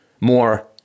more